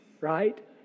right